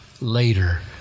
later